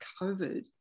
COVID